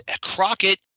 Crockett